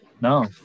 no